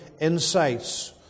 insights